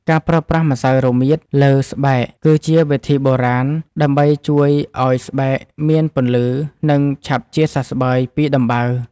ការប្រើប្រាស់ម្សៅរមៀតលើស្បែក គឺជាវិធីបុរាណដើម្បីជួយឱ្យស្បែកមានពន្លឺ និងឆាប់ជាសះស្បើយពីដំបៅ។